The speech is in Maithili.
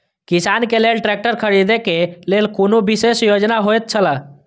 किसान के लेल ट्रैक्टर खरीदे के लेल कुनु विशेष योजना होयत छला?